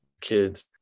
kids